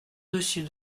dessus